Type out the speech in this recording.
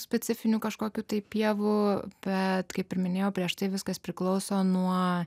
specifinių kažkokių tai pievų bet kaip ir minėjau prieš tai viskas priklauso nuo